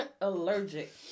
allergic